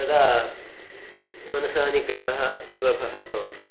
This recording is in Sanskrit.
तदा मनसः निग्रहः सुलभः भवति